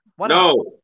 No